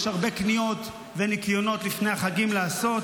יש הרבה קניות וניקיונות לפני החגים לעשות,